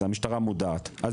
המשטרה מודעת לזה,